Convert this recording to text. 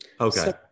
okay